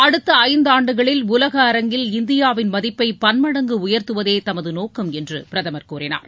அடுத்த ஐந்தாண்டுகளில் உலக அரங்கில் இந்தியாவின் மதிப்பை பன்மடங்கு உயர்த்துவதே தமது நோக்கம் என்று பிரதமர் கூறினார்